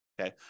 okay